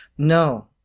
No